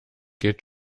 geht